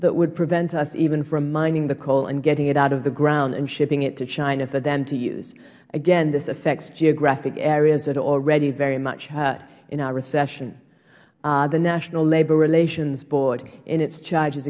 that would prevent us even from mining the coal and getting it out of the ground and shipping it to china for them to use again this affects geographic areas that are already very much hurt in our recession the national labor relations board in its charges